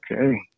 Okay